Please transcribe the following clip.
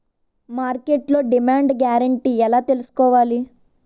మార్కెట్లో demand guarantee ఎలా తెల్సుకోవాలి?